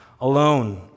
alone